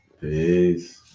Peace